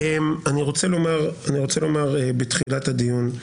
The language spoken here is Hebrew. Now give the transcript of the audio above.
אני רוצה לומר בתחילת הדיון.